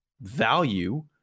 value